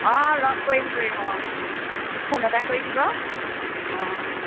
অঁ লগ কৰিম কৰিম অঁ মোক ফোন এটা কৰি দিব অঁ